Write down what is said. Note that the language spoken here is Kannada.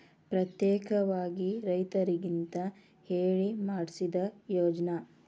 ಪ್ರತ್ಯೇಕವಾಗಿ ರೈತರಿಗಂತ ಹೇಳಿ ಮಾಡ್ಸಿದ ಯೋಜ್ನಾ